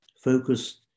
focus